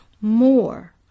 more